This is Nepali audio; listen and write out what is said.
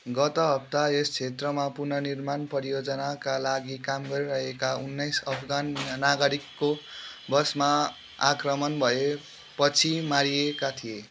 गत हप्ता यस क्षेत्रमा पुनर्निर्माण परियोजनाका लागि काम गरिरहेका उन्नाइस अफगान नागरिकको बसमा आक्रमण भएपछि मारिएका थिए